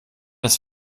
das